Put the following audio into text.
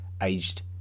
aged